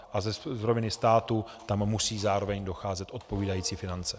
A z roviny státu tam musí zároveň docházet odpovídající finance.